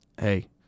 hey